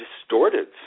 distorted